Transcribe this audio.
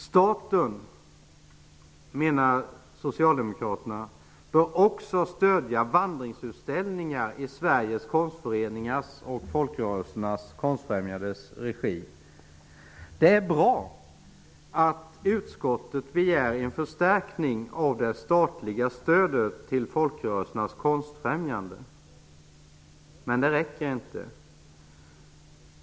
Staten bör också, enligt Det är bra att utskottet begär en förstärkning av det statliga stödet till folkrörelsernas konstfrämjande, men det räcker inte.